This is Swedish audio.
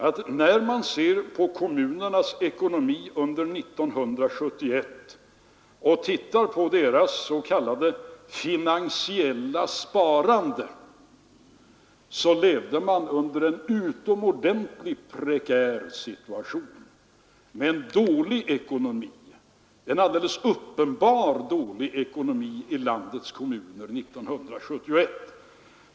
Om man ser på kommunernas s.k. finansiella sparande under 1971 så finner man att situationen var utomordentligt prekär. Landets kommuner hade en uppenbart dålig ekonomi under 1971.